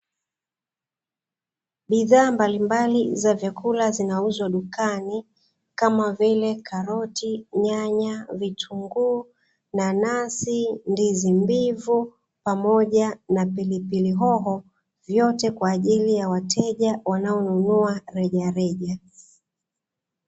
Bidhaa mbalimbali za vyakula zinauzwa dukani, kama vile karoti, nyanya, vitunguu, nanasi, ndizi mbivu, pamoja na pilipili hoho, yote kwa ajili ya wateja wanaonunua rejareja.